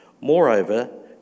Moreover